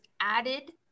added